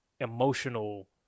emotional